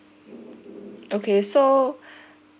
okay so